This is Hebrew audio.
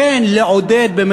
"לעודד",